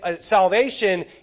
salvation